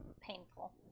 painful